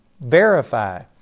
verify